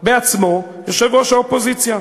בעצמו יושב-ראש האופוזיציה.